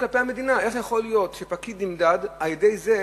איך יכול להיות שפקיד נמדד על-ידי זה